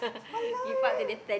!walao! eh